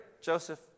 Joseph